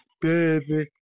Baby